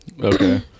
okay